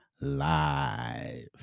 live